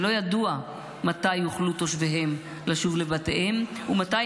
ולא ידוע מתי יוכלו תושביהם לשוב לבתיהם ומתי